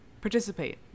participate